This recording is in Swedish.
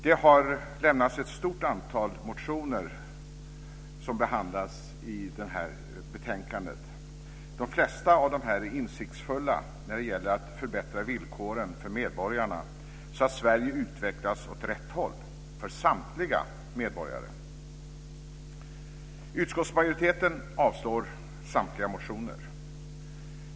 Det har lämnats ett stort antal motioner som behandlas i detta betänkande. De flesta av dem är insiktsfulla när det gäller att förbättra villkoren för medborgarna så att Sverige utvecklas åt rätt håll för samtliga medborgare.